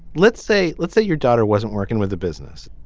let's say let's say your daughter wasn't working with the business.